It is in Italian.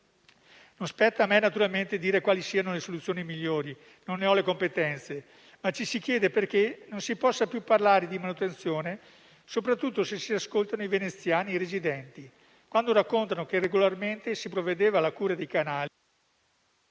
Non spetta me, naturalmente, dire quali siano le soluzioni migliori, non ne ho le competenze, ma ci si chiede perché non si possa più parlare di manutenzione, soprattutto se si ascoltano i veneziani e i residenti, quando raccontano che regolarmente si provvedeva alla cura dei canali